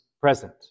present